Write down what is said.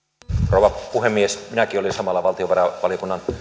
rouva puhemies minäkin olin samalla valtiovarainvaliokunnan